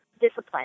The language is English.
discipline